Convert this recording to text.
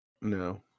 No